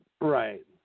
Right